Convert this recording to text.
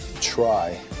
try